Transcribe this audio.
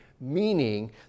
Meaning